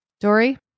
Dory